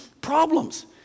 problems